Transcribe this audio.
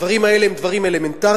הדברים האלה הם דברים אלמנטריים,